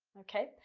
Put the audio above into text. okay?